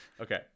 Okay